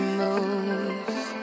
moves